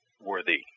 worthy